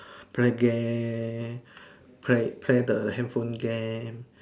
play game play the handphone game